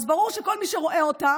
אז ברור שכל מי שרואה אותה